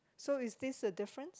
so is this a difference